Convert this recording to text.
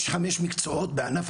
יש 42 מקצועות בענף